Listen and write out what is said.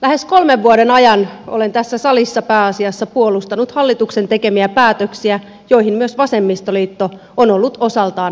lähes kolmen vuoden ajan olen tässä salissa pääasiassa puolustanut hallituksen tekemiä päätöksiä joihin myös vasemmistoliitto on ollut osaltaan vaikuttamassa